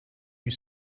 you